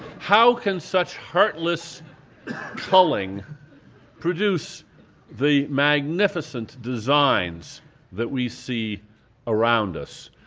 how can such heartless culling produce the magnificent designs that we see around us?